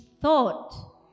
thought